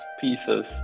pieces